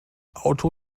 auto